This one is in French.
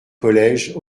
collèges